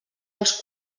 els